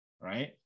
right